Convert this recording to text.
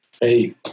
Hey